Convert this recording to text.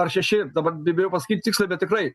ar šeši dabar bi bijau pasakyti tiksliai bet tikrai